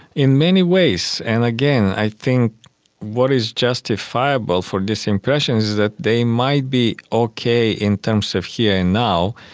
in many ways, and again i think what is justifiable for these impressions is that they might be okay in terms of here and now,